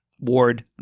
Ward